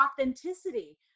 authenticity